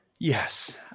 Yes